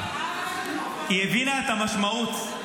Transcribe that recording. היא הבינה את המשמעות,